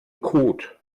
code